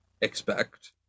expect